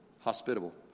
hospitable